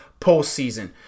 postseason